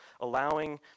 allowing